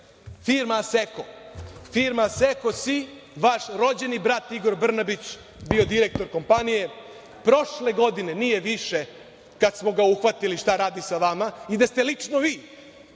firma „Aseko“. Firma „Aseko Si“, vaš rođeni brat Igor Brnabić bio je direktor kompanije prošle godine. Nije više, kada smo ga uhvatili šta radi sa vama. I da ste lično vi